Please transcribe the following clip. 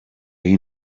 you